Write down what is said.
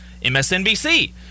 MSNBC